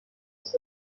کسی